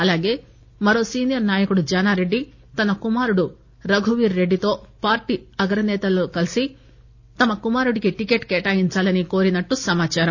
అలాగే మరో సీనియర్ నాయకుడు జానారెడ్డి తన కుమారుడు రఘువీర్రెడ్డితో పార్టీ అగ్రసేతలను కలిసి తమ కుమారుడికి టిక్కెట్ కేటాయించాలని కోరినట్లు సమాదారం